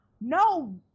no